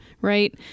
Right